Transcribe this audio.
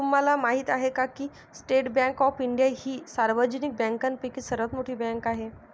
तुम्हाला माहिती आहे का की स्टेट बँक ऑफ इंडिया ही सार्वजनिक बँकांपैकी सर्वात मोठी बँक आहे